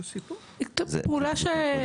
תודה רבה.